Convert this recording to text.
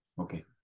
Okay